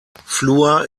fluor